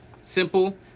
Simple